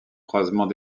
croisement